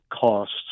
costs